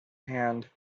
hand